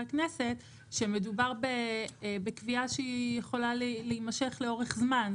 הכנסת שמדובר בקביעה שיכולה להמשך לאורך זמן.